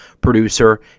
producer